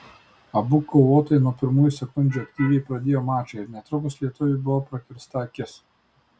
abu kovotojai nuo pirmųjų sekundžių aktyviai pradėjo mačą ir netrukus lietuviui buvo prakirsta akis